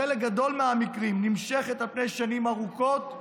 בחלק גדול מהמקרים נמשכת על פני שנים ארוכות,